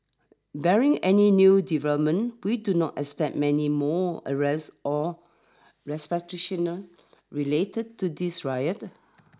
barring any new developments we do not expect many more arrests or related to this riot